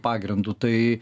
pagrindu tai